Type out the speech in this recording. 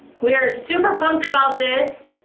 we're super pumped about this,